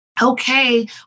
okay